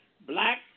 black